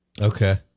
Okay